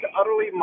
utterly